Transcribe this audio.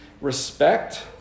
respect